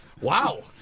Wow